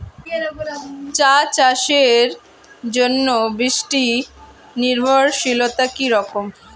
চা চাষের জন্য বৃষ্টি নির্ভরশীলতা কী রকম?